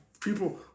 people